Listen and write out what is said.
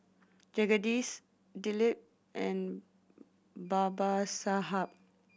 Jagadish Dilip and Babasaheb